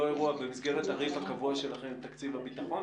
אירוע" במסגרת הריב הקבוע שלכם עם תקציב הביטחון,